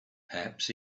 perhaps